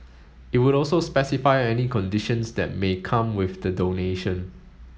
it would also specify any conditions that may come with the donation